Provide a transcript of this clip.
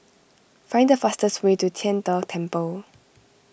find the fastest way to Tian De Temple